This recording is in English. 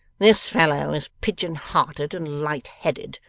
this fellow is pigeon-hearted and light-headed.